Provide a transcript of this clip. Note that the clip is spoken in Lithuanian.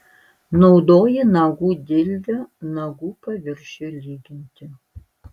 naudoji nagų dildę nagų paviršiui lyginti